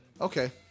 Okay